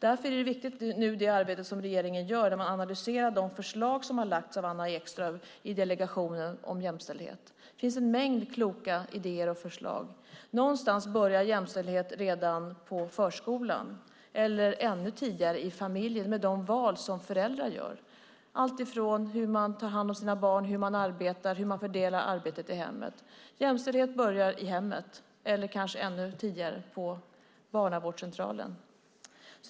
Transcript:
Därför är det arbete som regeringen nu gör viktigt, där man analyserar de förslag som har lagts fram av Anna Ekström i delegationen om jämställdhet. Det finns en mängd kloka idéer och förslag. Någonstans börjar jämställdhet redan på förskolan eller ännu tidigare i familjen, med de val som föräldrar gör. Det handlar om hur man tar hand om sina barn, hur man arbetar och hur man fördelar arbetet i hemmet. Jämställdhet börjar i hemmet eller kanske ännu tidigare, på barnavårdscentralen.